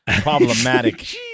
problematic